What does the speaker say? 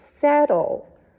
Settle